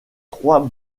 trois